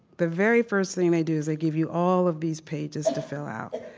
the very first thing they do is they give you all of these pages to fill out.